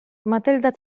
matylda